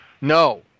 no